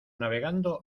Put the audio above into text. navegando